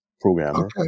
programmer